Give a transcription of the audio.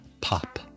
pop